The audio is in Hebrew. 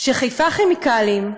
ש"חיפה כימיקלים"